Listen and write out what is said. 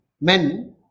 men